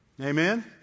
Amen